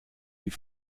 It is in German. die